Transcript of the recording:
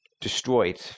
destroyed